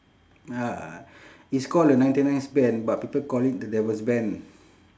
ya it's call the ninety nine bend but people call it the devil's bend